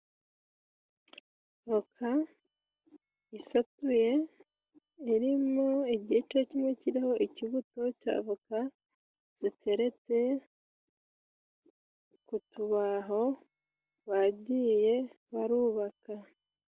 Voka isatuye, irimo igice kimwe kiriho ikibuto cya voka, giteretse ku tubaho bagiye babaka.